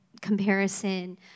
comparison